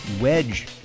Wedge